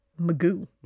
magoo